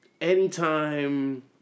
anytime